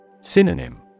Synonym